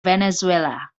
venezuela